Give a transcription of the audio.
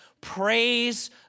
praise